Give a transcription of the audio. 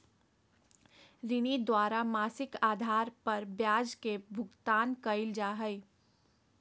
ऋणी द्वारा मासिक आधार पर ब्याज के भुगतान कइल जा हइ